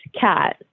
cat